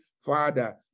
Father